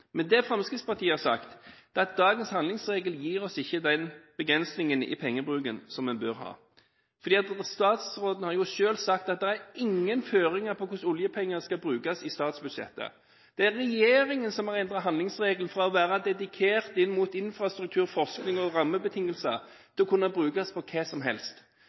Det Fremskrittspartiet har sagt, er at dagens handlingsregel ikke gir oss den begrensning i pengebruken som vi bør ha. Statsråden har selv sagt at det er ingen føringer for hvordan oljepengene skal brukes i statsbudsjettet. Det er regjeringen som har endret handlingsregelen fra å være dedikert infrastruktur, forskning og rammebetingelser til å kunne brukes til hva som helst.